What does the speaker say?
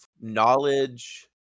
knowledge